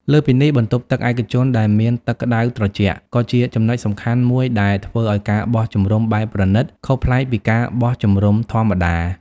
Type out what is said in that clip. លើសពីនេះ បន្ទប់ទឹកឯកជនដែលមានទឹកក្តៅត្រជាក់ ក៏ជាចំណុចសំខាន់មួយដែលធ្វើឲ្យ ការបោះជំរំបែបប្រណីត ខុសប្លែកពីការបោះជំរុំធម្មតា។